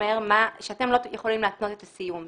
אומר שאתם לא יכולים להתנות את הסיום.